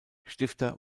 stifter